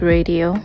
Radio